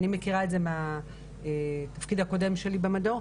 אני מכירה את זה מהתפקיד הקודם שלי במדור,